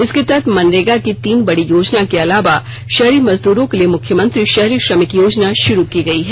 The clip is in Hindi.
इसके तहत मनरेगा की तीन बड़ी योजना के अलावा शहरी मजदूरों के लिए मुख्यमंत्री शहरी श्रमिक योजना शुरू की गई है